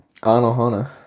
Anohana